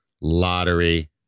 Lottery